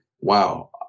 wow